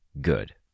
Good